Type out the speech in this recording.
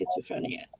schizophrenia